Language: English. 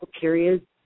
periods